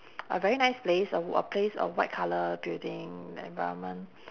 a very nice place a w~ place a white colour building the environment